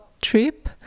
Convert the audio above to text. trip